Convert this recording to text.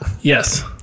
Yes